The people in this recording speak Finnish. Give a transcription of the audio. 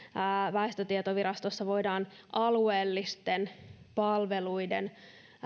väestötietovirastossa voidaan alueellisten palveluiden